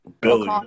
Billy